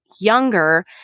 younger